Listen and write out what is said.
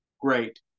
great